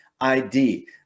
id